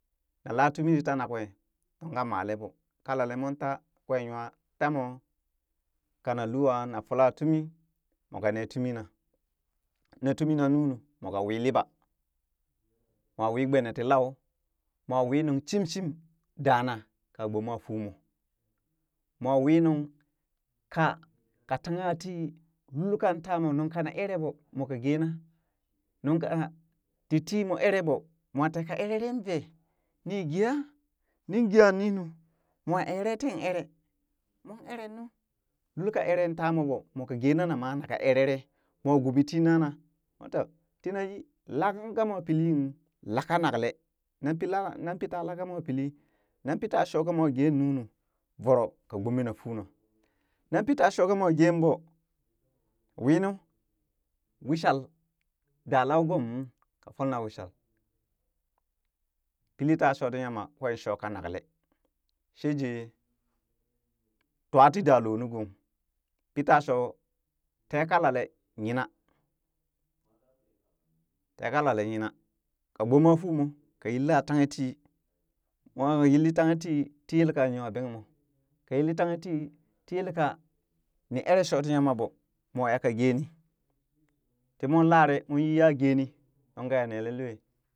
Na la tumi tii tana kwee nunka maleɓoo kalalee moon taa kwee nya tamo kana lwa na fola tumi moka nee tumina, nee tumina ninu moo wii liɓa mo wi gbene ti lau mwa wii nung shimshim dana ka gboma fuumo mwa wii nuŋ kaka tangha tii lulkan tamoo nuŋ kana eree ɓoo moka geena, nungka titi moo eree ɓoo mwa teka ereren vee nii geeha nin geeha ninu mowa eree teen eree, moon eree nu lul ka ere ta moo ɓoo mwaa ka gena nama naka erere mwa gubi tii nana moh to tina yi lakung kamwa pilii kung laka naklee nan pila nah pii ta laka mwa pili nan pitaa shoo ka mwa gee nunun voro ka gbomena fuuna nan pita shoo ka moo geeɓo winu wishal dalawee gom ung kaa folna wishal pili ta shoti yama kwen shoo ka nakle, sheje twati da loo nu gong. pita shootee kalale yina. te kalale yina kagboma fuumoo. ka yilla tanghe tii, moo yilli tanghe tii ti yelkan nyabengmoo, kayil tanghetii ti yelka ni eree shooti yama ɓoo. moo yika gee nii, timon lare moon yi ya geeni nunka ya nele loo.